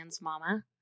mama